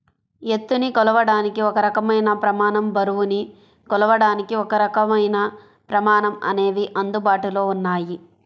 ఎత్తుని కొలవడానికి ఒక రకమైన ప్రమాణం, బరువుని కొలవడానికి ఒకరకమైన ప్రమాణం అనేవి అందుబాటులో ఉన్నాయి